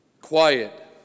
quiet